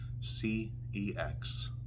CEX